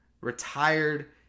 retired